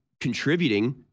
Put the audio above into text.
contributing